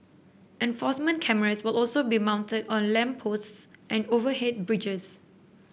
enforcement cameras will also be mounted on lamp posts and overhead bridges